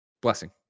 blessing